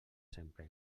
sempre